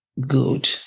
good